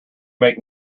make